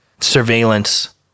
surveillance